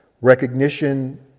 recognition